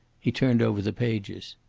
he turned over the pages.